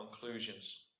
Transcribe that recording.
conclusions